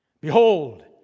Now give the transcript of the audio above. Behold